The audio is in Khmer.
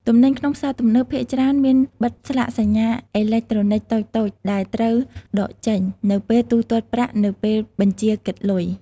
ទំនិញក្នុងផ្សារទំនើបភាគច្រើនមានបិទស្លាកសញ្ញាអេឡិចត្រូនិកតូចៗដែលត្រូវដកចេញ នៅពេលទូទាត់ប្រាក់នៅពេលបញ្ជាគិតលុយ។